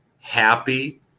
happy